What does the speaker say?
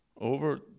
Over